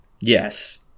Yes